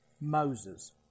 Moses